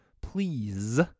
please